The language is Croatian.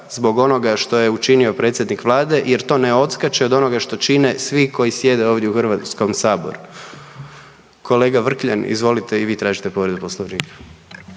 zbog onoga što je učinio predsjednik Vlade jer to ne odskače od onoga što čine svi koji sjede ovdje u HS-u. Kolega Vrkljan, izvolite i vi tražite povredu Poslovnika.